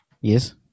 yes